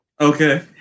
Okay